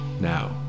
now